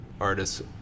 artists